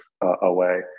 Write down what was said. away